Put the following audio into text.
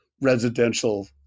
residential